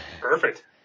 Perfect